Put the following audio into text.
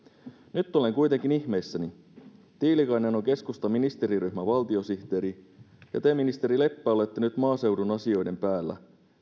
nyt olen kuitenkin ihmeissäni tiilikainen on keskustan ministeriryhmän valtiosihteeri ja te ministeri leppä olette nyt maaseudun asioiden päällä